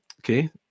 Okay